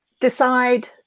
decide